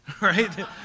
Right